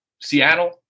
Seattle